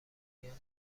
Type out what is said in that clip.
میان